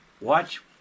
watch